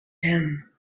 him